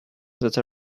that